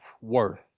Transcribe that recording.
worth